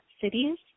cities